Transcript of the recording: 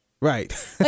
Right